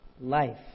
life